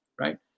right